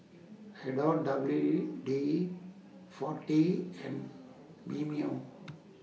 Adore W D forty and Mimeo